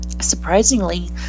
Surprisingly